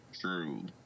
True